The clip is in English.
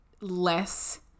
less